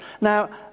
Now